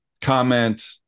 comment